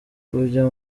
ujya